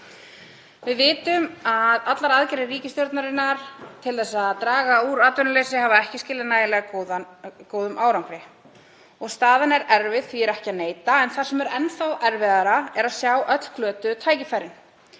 Við vitum að allar aðgerðir ríkisstjórnarinnar til að draga úr atvinnuleysi hafa ekki skilað nægilega góðum árangri og staðan er erfið, því er ekki að neita. Það sem er enn erfiðara er að sjá öll glötuðu tækifærin.